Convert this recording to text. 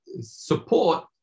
support